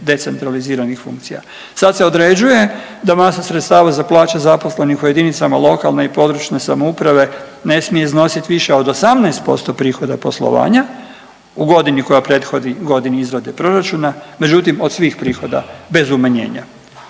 decentraliziranih funkcija. Sad se određuje da masa sredstva za plaće zaposlenih u jedinicama lokalne i područne samouprave ne smije iznositi više od 18% prihoda poslovanja u godini koja prethodi godini izrade proračuna međutim od svih prihoda bez umanjenja.